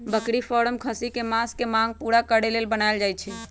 बकरी फारम खस्सी कें मास के मांग पुरा करे लेल बनाएल जाय छै